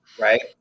right